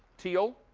teal,